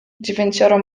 dziewięcioro